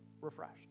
refreshed